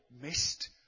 missed